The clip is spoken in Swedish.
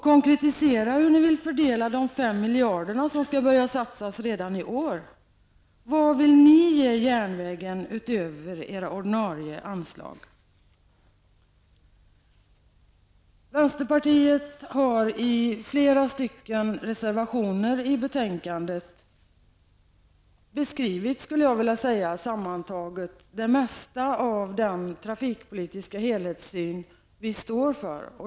Konkretisera hur ni vill fördela de 5 miljarderna som skall börja satsas redan i år! Vad vill ni ge järnvägen utöver era ordinarie anslag? Vänsterpartiet har i flera reservationer till betänkandet beskrivit, skulle jag vilja säga, sammantaget det mesta av den trafikpolitiska helhetssyn som vi står för.